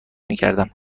میکردم